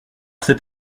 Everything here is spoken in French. cet